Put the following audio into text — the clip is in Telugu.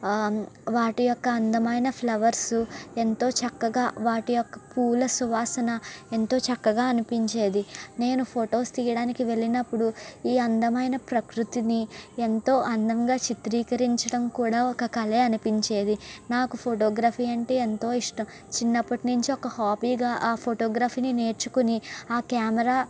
వాటి యొక్క అందమైన ఫ్లవర్సు ఎంతో చక్కగా వాటి యొక్క పువ్వుల సువాసన ఎంతో చక్కగా అనిపించేది నేను ఫొటోస్ తీయడానికి వెళ్ళినప్పుడు ఈ అందమైన ప్రకృతిని ఎంతో అందంగా చిత్రీకరించడం కూడా ఒక కలే అనిపించేది నాకు ఫోటోగ్రఫీ అంటే ఎంతో ఇష్టం చిన్నప్పటినుంచి ఒక హాబీగా ఆ ఫోటోగ్రఫీని నేర్చుకోని ఆ కెమెరా